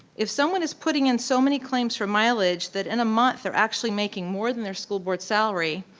if someone is putting in so many claims for mileage, that in a month, they're actually making more than their school board salary,